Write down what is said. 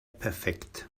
perfekt